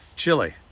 chile